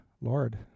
Lord